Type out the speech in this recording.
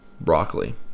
broccoli